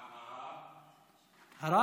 ואחריו?